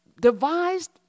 devised